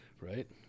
Right